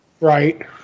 Right